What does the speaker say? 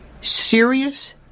serious